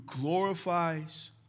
glorifies